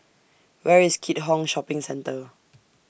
Where IS Keat Hong Shopping Centre